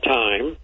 time